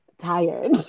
tired